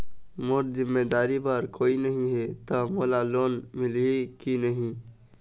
मोर जिम्मेदारी बर कोई नहीं हे त मोला लोन मिलही की नहीं?